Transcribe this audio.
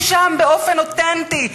הוא שם באופן אותנטי.